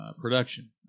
Production